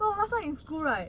no last time in school right